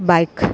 bike